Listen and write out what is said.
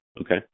Okay